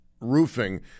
roofing